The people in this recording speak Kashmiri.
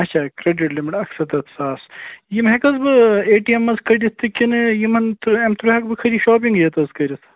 اَچھا کرٛیڈِٹ لِمِٹ اَکھ سَتَتھ ساس یِم ہٮ۪کہٕ حظ بہٕ اے ٹی ایٚم منٛز کٔڈِتھ تہِ کِنہٕ یِمَن اَمہِ تھرٛوٗ ہٮ۪کہٕ بہٕ خٲلی شاپِنٛگے یٲژ حظ کٔرِتھ